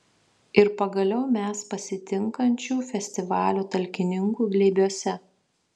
ir pagaliau mes pasitinkančių festivalio talkininkų glėbiuose